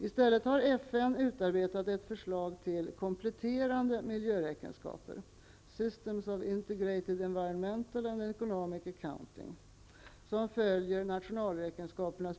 I stället har FN utarbetat ett förslag till kompletterande miljöräkenskaper .